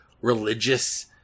religious